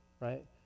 right